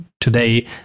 today